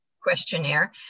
questionnaire